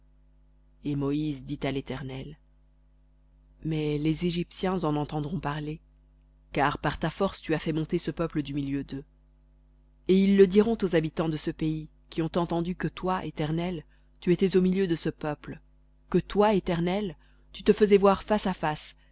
et moïse dit à l'éternel mais les égyptiens en entendront parler et ils diront aux habitants de ce pays qui ont entendu que toi éternel tu étais au milieu de ce peuple que toi éternel tu te faisais voir face à face